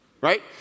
Right